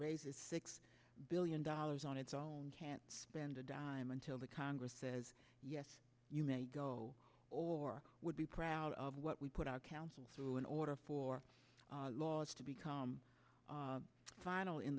raises six billion dollars on its own can't spend a dime until the congress says yes you may go or would be proud of what we put our councils through in order for laws to become final in